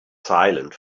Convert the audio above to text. silent